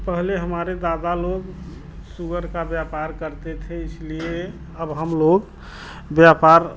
पहले हमारे दादा लोग सुअर का व्यापार करते थे इसलिए अब हम लोग व्यापार